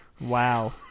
Wow